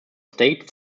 state